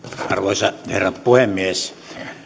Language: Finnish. arvoisa herra puhemies